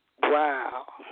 Wow